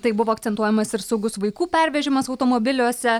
tai buvo akcentuojamas ir saugus vaikų pervežimas automobiliuose